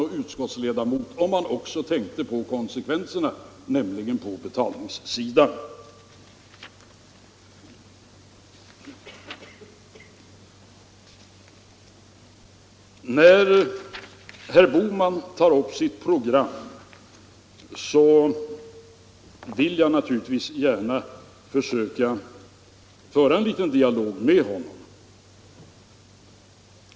Det skulle klä en ansvarsmedveten riksdagsman och utskottsledamot. När herr Bohman tar upp sitt program vill jag naturligtvis gärna försöka föra en liten dialog med honom.